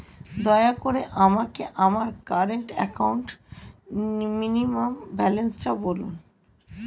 দয়া করে আমাকে আমার কারেন্ট অ্যাকাউন্ট মিনিমাম ব্যালান্সটা বলেন